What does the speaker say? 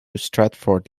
stratford